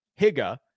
Higa